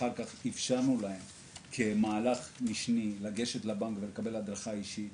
אחר כך גם אפשרנו להם כמהלך משני לגשת לבנק לקבל הדרכה אישית.